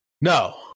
No